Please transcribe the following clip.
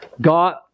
God